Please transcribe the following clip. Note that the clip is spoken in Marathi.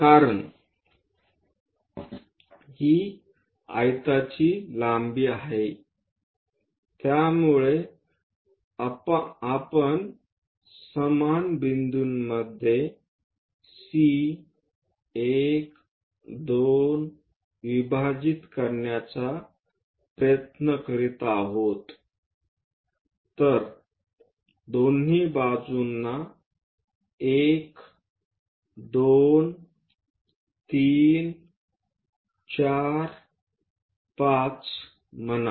कारण ही एक आयताची लांबी आहे त्यामुळे आपण समान बिंदूंमध्ये C 1 2 विभाजित करण्याचा प्रयत्न करीत आहोत तर दोन्ही बाजूंना 1 2 3 4 5 म्हणा